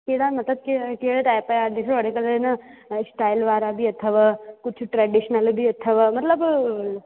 कहिड़ा मतिलबु के कहिड़े टाइप जा ॾिसो अॼुकल्ह न स्टाइल वारा बि अथव कुझु ट्रैडिशनल बि अथव मतिलबु